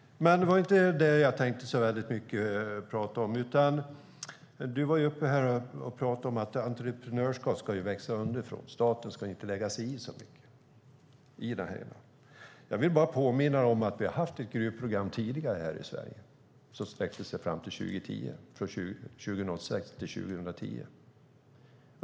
Men det var inte det jag tänkte prata så mycket om. Du, Johan Johansson, var uppe här och talade om att entreprenörskap ska växa underifrån. Staten ska inte lägga sig i så mycket. Jag vill bara påminna dig om att vi har haft ett gruvprogram tidigare här i Sverige som sträckte sig fram till 2010. Det pågick 2006-2010.